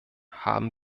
haben